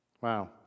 Wow